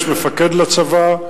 יש מפקד לצבא,